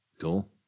Cool